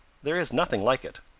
there is nothing like it.